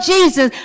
Jesus